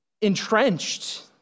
entrenched